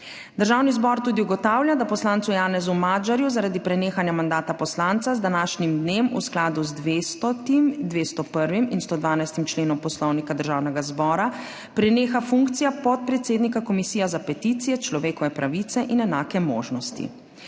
Državni zbor tudi ugotavlja, da poslancu Janezu Magyarju zaradi prenehanja mandata poslanca z današnjim dnem v skladu z 200., 201. in 112. členom Poslovnika Državnega zbora preneha funkcija podpredsednika Komisije za peticije, človekove pravice in enake možnosti.